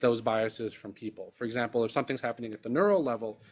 those biases from people. for example, if something is happening at the neuro level,